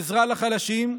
לעזרה לחלשים,